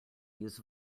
use